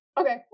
okay